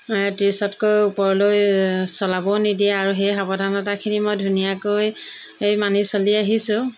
ত্ৰিছতকৈ ওপৰলৈ চলাব নিদিয়ে আৰু সেই সাৱধানতাখিনি মই ধুনীয়াকৈ এই মানি চলি আহিছোঁ